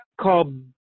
called